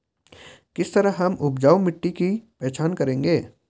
किस तरह हम उपजाऊ मिट्टी की पहचान करेंगे?